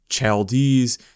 Chaldees